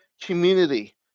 community